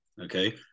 Okay